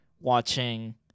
watching